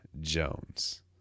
Jones